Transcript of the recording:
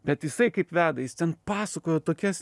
bet jisai kaip veda jis ten pasakojo tokias